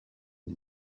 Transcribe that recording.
and